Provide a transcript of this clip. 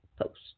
post